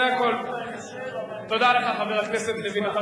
זה הכול, תודה לך, חבר הכנסת לוין.